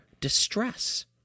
distress